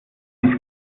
die